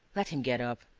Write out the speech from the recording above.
let him get up,